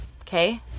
okay